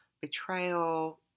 betrayal